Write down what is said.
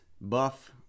Buff